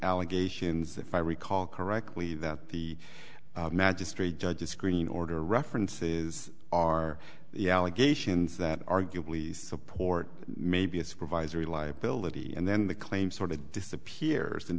allegations if i recall correctly that the magistrate judge to screen order references are the allegations that arguably support maybe a supervisory liability and then the claim sort of disappears and